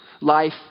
life